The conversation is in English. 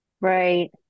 Right